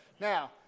Now